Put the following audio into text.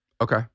Okay